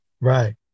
right